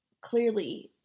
clearly